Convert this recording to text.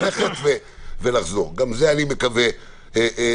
ללכת ולחזור גם זה אני מקווה שייכנס.